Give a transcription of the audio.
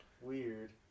Weird